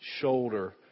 shoulder